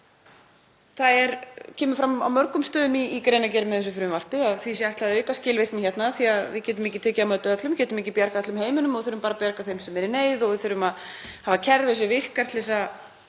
Það kemur fram á mörgum stöðum í greinargerð með þessu frumvarpi að því sé ætlað að auka skilvirkni af því að við getum ekki tekið á móti öllum, getum ekki bjargað öllum heiminum og þurfum að bjarga bara þeim sem eru í neyð og við þurfum að hafa kerfi sem virkar til þess að